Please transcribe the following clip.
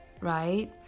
right